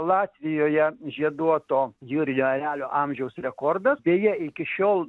latvijoje žieduoto jūrinio erelio amžiaus rekordas deja iki šiol